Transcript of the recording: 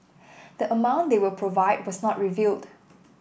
the amount they will provide was not revealed